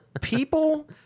people